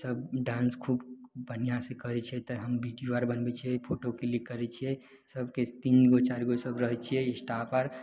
तब डाँस खूब बढ़िआँसँ करय छै तऽ हम वीडियो आर बनबय छियै फोटो क्लिक करय छियै सबके तीन गो चारि गो सब रहय छियै स्टाफ आर